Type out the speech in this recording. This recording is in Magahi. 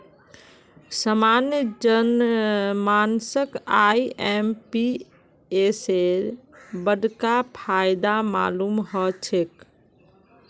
सामान्य जन मानसक आईएमपीएसेर बडका फायदा मालूम ह छेक